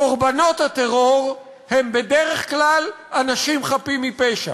קורבנות הטרור הם בדרך כלל אנשים חפים מפשע,